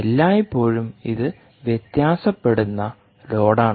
എല്ലായ്പ്പോഴും ഇത് വ്യത്യാസപ്പെടുന്ന ലോഡാണ്